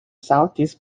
southeast